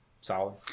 Solid